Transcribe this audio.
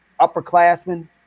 upperclassmen